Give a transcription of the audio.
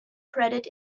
credit